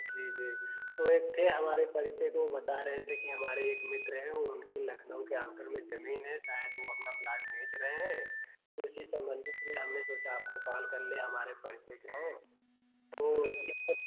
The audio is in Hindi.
जी जी तो एक थे हमारे परिचय के वो बता रहे थे कि हमारे एक मित्र है वो उनकी लखनऊ के आउटर में जमीन है शायद वो अपना प्लाट बेच रहे हैं उसी सम्बंध में हमने सोचा आपको कॉल कर ले हमारे परिचय के है तो ये सब